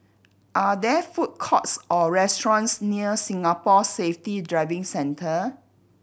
are there food courts or restaurants near Singapore Safety Driving Centre